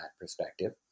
perspective